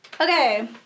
Okay